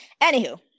Anywho